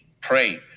pray